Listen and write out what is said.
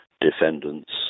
defendants